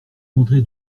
andré